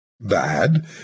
bad